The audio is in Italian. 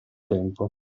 tempo